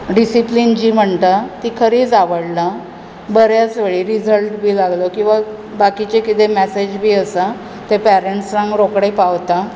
discipline जी म्हणटा ती खरीच आवडला बरेच कडेन रिजल्ट बी लागलो किंवां बाकीचें कितें मॅसेज बी आसा तें पेरंट्साक रोखडें पावता